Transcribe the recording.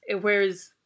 Whereas